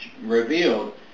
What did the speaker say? revealed